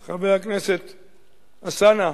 חבר הכנסת אלסאנע,